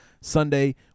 Sunday